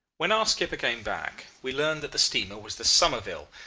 when our skipper came back we learned that the steamer was the sommerville,